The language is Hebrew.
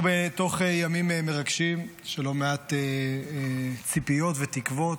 אנחנו בתוך ימים מרגשים של לא מעט ציפיות ותקוות.